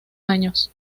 años